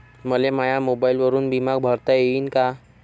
मले माया मोबाईलवरून बिमा भरता येईन का?